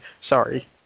sorry